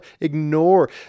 ignore